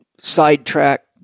sidetrack